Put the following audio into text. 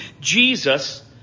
Jesus